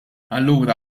allura